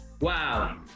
Wow